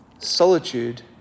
Solitude